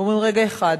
ואומרים: רגע אחד,